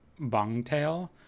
Bongtail